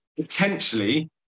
potentially